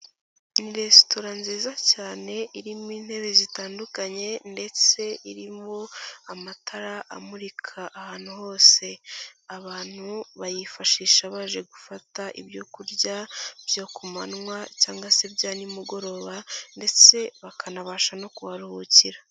Resitora nziza cyane irimo intebe zitandukanye ndetse irimo amatara amurika ahantu hose, abantu bayifashisha baje gufata ibyo kurya byo ku manywa, cyangwa se bya nimugoroba, ndetse bakanabasha no kuharuhukira.